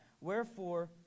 Wherefore